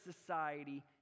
society